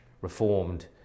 reformed